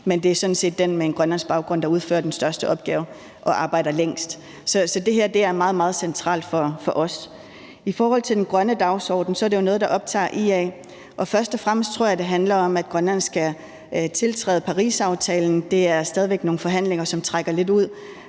Men det er sådan set den med grønlandsk baggrund, der udfører den største opgave og arbejder længst. Så det her er meget, meget centralt for os. I forhold til den grønne dagsorden er det jo noget, der optager IA. Først og fremmest tror jeg, det handler om, at Grønland skal tiltræde Parisaftalen. Der er stadig væk nogle forhandlinger, som trækker lidt ud.